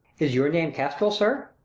is your name kastril, sir?